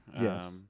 Yes